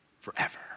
forever